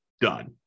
Done